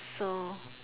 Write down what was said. so